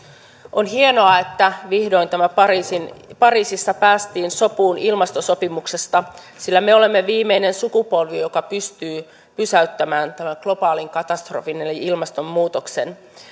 on hienoa että vihdoin pariisissa päästiin sopuun ilmastosopimuksesta sillä me olemme viimeinen sukupolvi joka pystyy pysäyttämään tämän globaalin katastrofin eli ilmastonmuutoksen